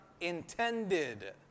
intended